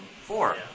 Four